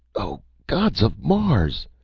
oh, gods of mars!